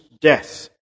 death